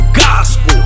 gospel